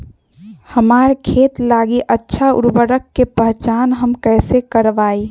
हमार खेत लागी अच्छा उर्वरक के पहचान हम कैसे करवाई?